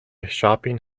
shopping